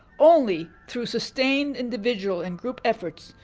only through sustained individual and group efforts,